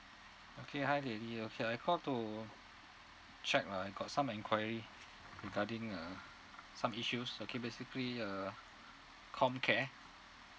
okay hi lily okay I call to check lah I got some enquiry regarding uh some issues okay basically uh comcare